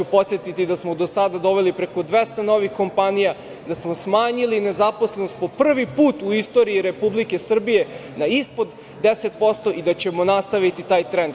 Podsetiću da smo do sada doveli preko 200 novih kompanija, da smo smanjili nezaposlenost, po prvi put u istoriji Republike Srbije, na ispod 10% i da ćemo nastaviti taj trend.